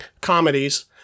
comedies